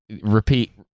repeat